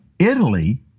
Italy